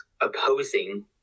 opposing